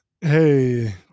Hey